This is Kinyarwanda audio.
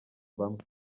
bamwe